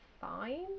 fine